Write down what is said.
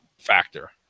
Factor